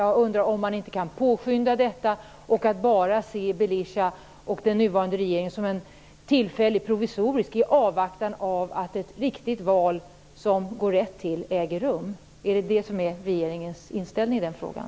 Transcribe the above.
Jag undrar om man inte kan påskynda detta, och se den nuvarande regeringen med Berisha som en tillfällig provisorisk regering i avvaktan på att ett riktigt val som går rätt till äger rum. Är det regeringens inställning i den frågan?